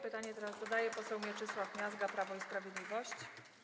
Pytanie zadaje poseł Mieczysław Miazga, Prawo i Sprawiedliwość.